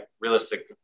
realistic